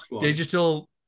digital